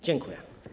Dziękuję.